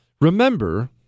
remember